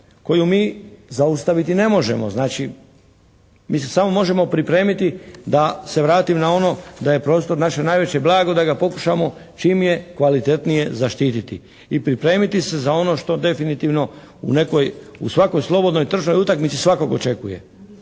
koju mi zaustaviti ne možemo. Znači mi se samo možemo pripremiti da se vratim na ono da je prostor naše najveće blago, da ga pokušamo čim je kvalitetnije zaštititi i pripremiti se za ono što definitivno u nekoj, u svakoj slobodnoj tržišnoj utakmici svakog očekuje,